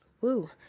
Woo